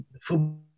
football